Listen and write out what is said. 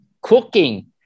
cooking